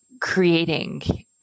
creating